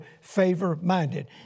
favor-minded